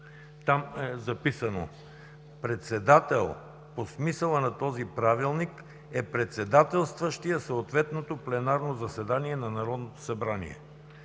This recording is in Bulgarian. Там е записано: „Председател по смисъла на този Правилник, е председателстващият съответното пленарно заседание на Народното събрание.“